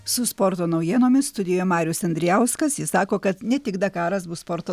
su sporto naujienomis studijoje marius andrijauskas jis sako kad ne tik dakaras bus sporto